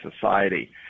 society